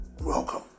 Welcome